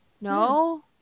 No